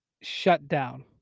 shutdown